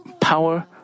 power